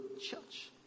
church